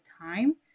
time